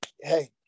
hey